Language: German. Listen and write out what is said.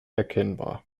erkennbar